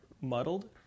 muddled